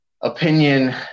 opinion